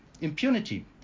impunity